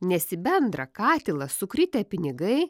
nes į bendrą katilą sukritę pinigai